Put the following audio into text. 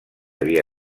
havia